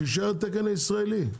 שיישאר התקן הישראלי.